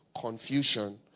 confusion